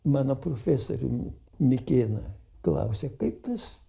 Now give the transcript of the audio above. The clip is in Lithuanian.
mano profesorių mikėną klausė kaip tas